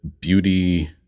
beauty